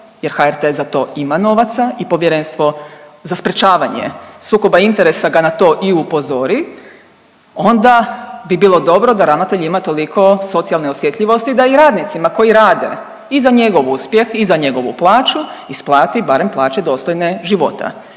jer HRT za to ima novaca i Povjerenstvo za sprječavanje sukoba interesa ga na to i upozori onda bi bilo dobro da ravnatelj ima toliko socijalne osjetljivosti da i radnicima koji rade i za njegov uspjeh i za njegovu plaću isplati barem plaću dostojne života.